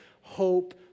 hope